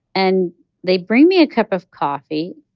and they bring me a cup of coffee,